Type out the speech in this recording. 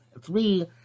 three